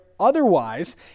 Otherwise